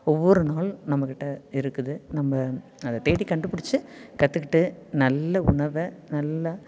ஒவ்வொரு நாள் நம்மக்கிட்ட இருக்குது நம்ம அதை தேடி கண்டுபிடிச்சி கற்றுக்கிட்டு நல்ல உணவை நல்ல